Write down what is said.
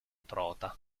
trota